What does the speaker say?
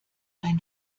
ein